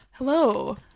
Hello